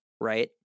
right